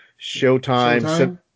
showtime